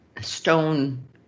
stone